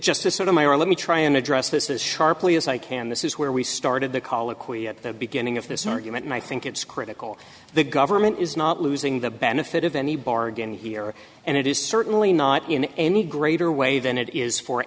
just to sort of my let me try and address this as sharply as i can this is where we started the colloquy at the beginning of this argument and i think it's critical the government is not losing the benefit of any bargain here and it is certainly not in any greater way than it is for